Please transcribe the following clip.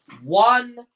one